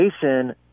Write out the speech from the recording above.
Jason